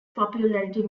popularity